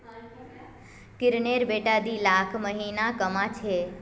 किरनेर बेटा दी लाख महीना कमा छेक